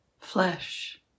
flesh